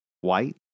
white